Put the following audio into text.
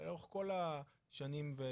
היא עושה לכל אורך כל השנים האחרונות.